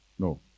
No